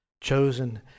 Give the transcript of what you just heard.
chosen